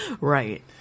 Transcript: Right